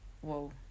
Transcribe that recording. Whoa